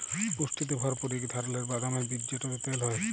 পুষ্টিতে ভরপুর ইক ধারালের বাদামের বীজ যেটতে তেল হ্যয়